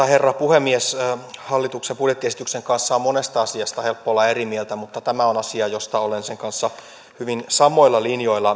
herra puhemies hallituksen budjettiesityksen kanssa on monesta asiasta helppo olla eri mieltä mutta tämä on asia josta olen sen kanssa hyvin samoilla linjoilla